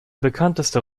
bekannteste